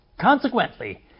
Consequently